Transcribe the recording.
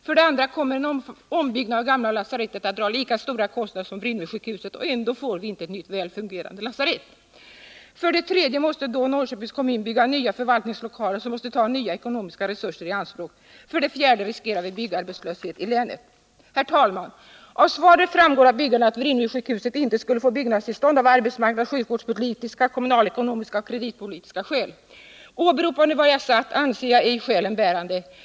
För det andra kommer en ombyggnad av gamla lasarettet att dra lika stora kostnader som Vrinnevisjukhuset, och ändå får vi inte ett nytt väl fungerande lasarett. För det tredje måste då Norrköpings kommun bygga nya förvaltningslokaler, som måste ta nya ekonomiska resurser i anspråk. För det fjärde riskerar vi byggarbetslöshet. Herr talman! Av svaret framgår att man inte skulle få byggnadstillstånd för Vrinnevisjukhuset av arbetsmarknadspolitiska, sjukvårdspolitiska, kommunalekonomiska och kreditpolitiska skäl. Åberopande vad jag har sagt anser jag ej skälen bärande.